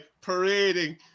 parading